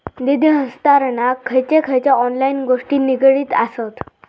निधी हस्तांतरणाक खयचे खयचे ऑनलाइन गोष्टी निगडीत आसत?